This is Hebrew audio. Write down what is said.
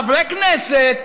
חברי כנסת,